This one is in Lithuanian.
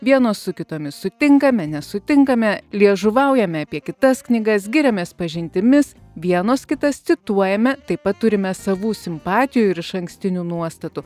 vienos su kitomis sutinkame nesutinkame liežuvaujame apie kitas knygas giriamės pažintimis vienos kitas cituojame taip pat turime savų simpatijų ir išankstinių nuostatų